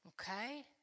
Okay